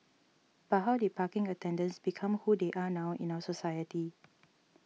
but how did parking attendants become who they are now in our society